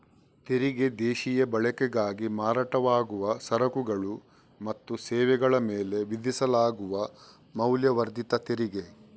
ತೆರಿಗೆ ದೇಶೀಯ ಬಳಕೆಗಾಗಿ ಮಾರಾಟವಾಗುವ ಸರಕುಗಳು ಮತ್ತು ಸೇವೆಗಳ ಮೇಲೆ ವಿಧಿಸಲಾಗುವ ಮೌಲ್ಯವರ್ಧಿತ ತೆರಿಗೆ